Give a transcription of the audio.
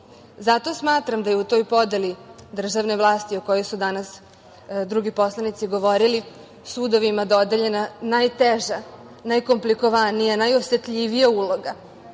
smatram da je u toj podeli državne vlasti, o kojoj su danas drugi poslanici govorili, sudovima dodeljena najteža, najkomplikovanija, najosetljivija uloga,